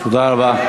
תודה רבה.